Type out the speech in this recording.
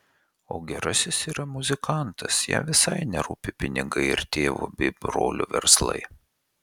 o gerasis yra muzikantas jam visai nerūpi pinigai ir tėvo bei brolio verslai